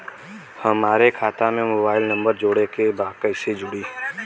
हमारे खाता मे मोबाइल नम्बर जोड़े के बा कैसे जुड़ी?